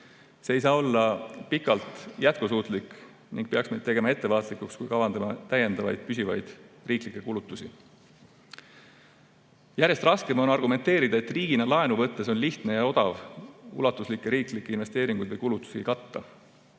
See ei saa olla pikalt jätkusuutlik ning peaks meid tegema ettevaatlikuks, kui kavandame täiendavaid püsivaid riiklikke kulutusi. Järjest raskem on argumenteerida, et riigina laenu võttes on lihtne ja odav ulatuslikke riiklikke investeeringuid või kulutusi katta.